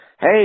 Hey